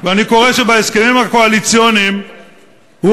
ואני קורא שבהסכמים הקואליציוניים הוא